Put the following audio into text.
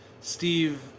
Steve